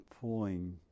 pulling